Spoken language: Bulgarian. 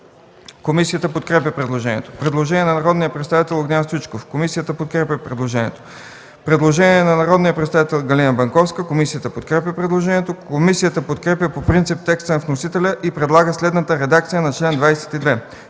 Комисията подкрепя предложението. Предложение от народния представител Огнян Стоичков. Комисията подкрепя предложението. Предложение от народния представител Галина Банковска. Комисията подкрепя предложението. Комисията подкрепя по принцип текста на вносителя и предлага следната редакция на чл. 22: